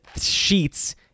sheets